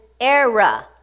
era